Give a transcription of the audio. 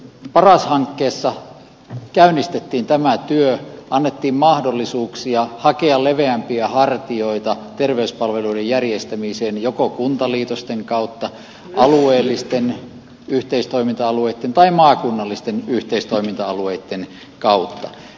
paras hankkeessa käynnistettiin tämä työ annettiin mahdollisuuksia hakea leveämpiä hartioita terveyspalveluiden järjestämiseen joko kuntaliitosten kautta alueellisten yhteistoiminta alueitten tai maakunnallisten yhteistoiminta alueitten kautta